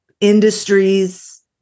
industries